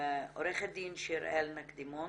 עורכת דין שיר-אל נקדימון